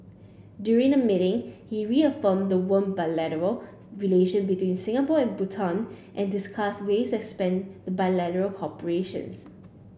during the meeting he reaffirmed the warm bilateral relation between Singapore and Bhutan and discussed ways expand cooperation